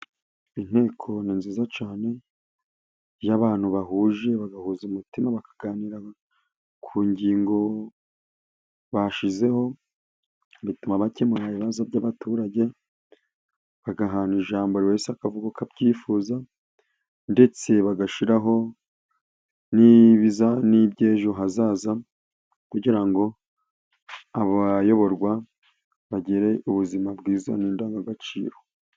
Inteko ni nziza cyane, iyo abantu bahuje bagahuza umutima bakaganira ku ngingo bashizeho, bituma bakemura ibibazo by'abaturage, bagahana ijambo buri wese akavuga uko abyifuza, ndetse bagashyiraho n'ibiza, n'iby'ejo hazaza, kugira ngo abayoborwa bagire ubuzima bwiza n' indangagaciro.